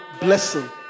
blessing